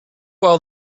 while